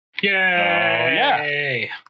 Yay